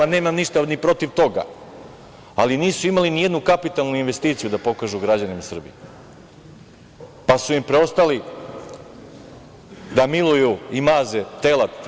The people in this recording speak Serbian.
Nemam ništa ni protiv toga, ali nisu imali ni jednu kapitalnu investiciju da pokažu građanima Srbije, pa im je preostalo da miluju i maze telad.